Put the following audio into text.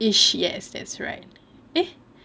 ish yes that's right eh